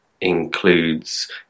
includes